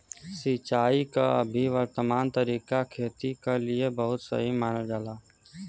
सिंचाई क अभी वर्तमान तरीका खेती क लिए बहुत सही मानल जाला